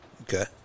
Okay